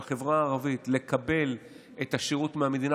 הרצון של החברה הערבית לקבל את השירות מהמדינה